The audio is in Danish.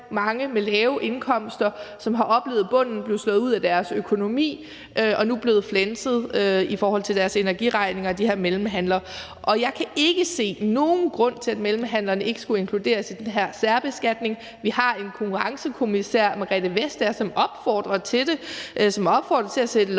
af dem med lave indkomster – som har oplevet, at bunden er blevet slået ud af deres økonomi, og som nu er blevet flænset i forhold til deres energiregninger af de her mellemhandlere. Og jeg kan ikke se nogen grund til, at mellemhandlerne ikke skulle inkluderes i den her særbeskatning. Vi har en konkurrencekommissær, Margrethe Vestager, som opfordrer til det, som opfordrer til at sætte et